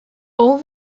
all